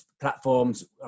platforms